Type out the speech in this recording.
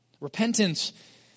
Repentance